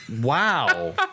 Wow